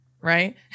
Right